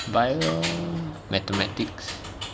bio mathematics